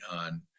on